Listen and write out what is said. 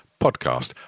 podcast